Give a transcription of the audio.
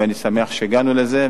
ואני שמח שהגענו לזה.